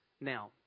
Now